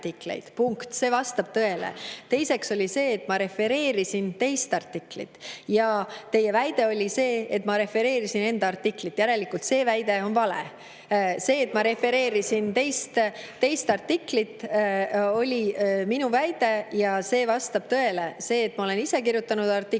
Punkt. See vastab tõele. Teiseks oli see, et ma refereerisin teist artiklit. Teie väide oli see, et ma refereerisin enda artiklit. Järelikult see väide on vale. See, et ma refereerisin teist artiklit, oli minu väide ja see vastab tõele. See, et ma olen ise kirjutanud artikleid,